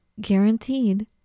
Guaranteed